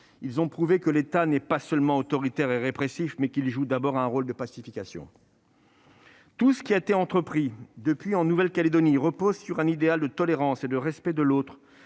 Ils ont prouvé que l'État n'est pas seulement autoritaire et répressif, mais qu'il joue d'abord un rôle de pacification. Tout ce qui a été entrepris depuis en Nouvelle-Calédonie repose sur un idéal de tolérance et de respect de l'autre,